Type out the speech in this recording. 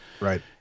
Right